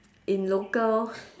in local